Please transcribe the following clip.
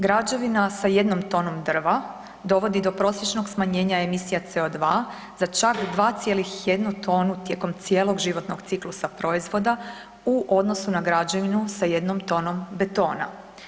Građevina sa jednom tonom drva dovodi do prosječnog smanjenja emisija CO2 za čak 2,1 tonu tijekom cijelog životnog ciklusa proizvoda u odnosu na građevinu sa jednom tonom betona.